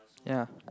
ya